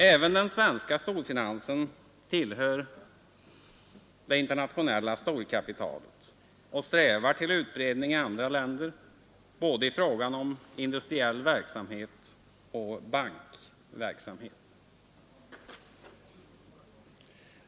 Även den svenska storfinansen tillhör det internationella storkapitalet och strävar till utbredning i andra länder i fråga både om industriell verksamhet och bankverksamhet.